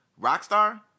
Rockstar